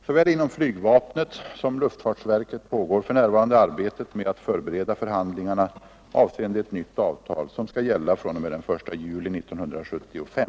Såväl inom flygvapnet som inom luftfartsverket pågår för närvarande arbetet med att förbereda förhandlingarna avseendet ett nytt avtal, som skall gälla fr.o.m. den 1 juli 1975.